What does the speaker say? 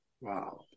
Wow